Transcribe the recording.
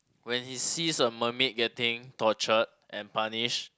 when he sees a mermaid getting tortured and punished